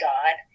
God